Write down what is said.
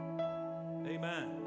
Amen